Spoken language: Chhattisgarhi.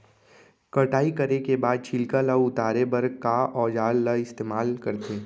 कटाई करे के बाद छिलका ल उतारे बर का औजार ल इस्तेमाल करथे?